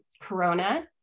corona